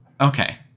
Okay